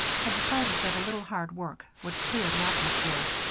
had decided that a little hard work would clear the atmosphere,